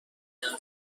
برادر